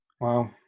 wow